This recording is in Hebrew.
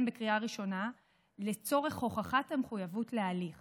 בקריאה הראשונה לצורך הוכחת המחויבות להליך